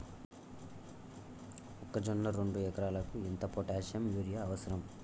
మొక్కజొన్న రెండు ఎకరాలకు ఎంత పొటాషియం యూరియా అవసరం?